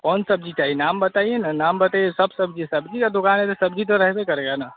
कौन सब्जी चाही नाम बताइए न नाम बताइए सब सब्जी सब्जी का दुकान है तो सब्जी तो रहबे करेगा न